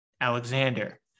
Alexander